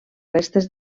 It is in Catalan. restes